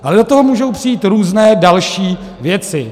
Ale do toho můžou přijít různé další věci.